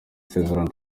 isezerano